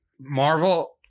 Marvel